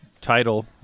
title